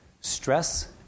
Stress